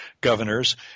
governors